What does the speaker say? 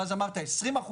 אמרת 20%,